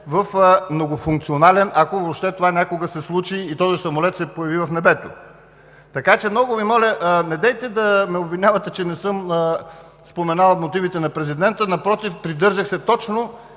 в многофункционален, ако въобще това някога се случи и той се появи в небето. Много Ви моля, недейте да ме обвинявате, че не съм споменал мотивите на президента, напротив – придържах се точно